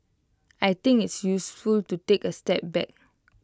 I think it's useful to take A step back